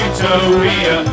Utopia